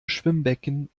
schwimmbecken